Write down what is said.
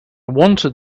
wanted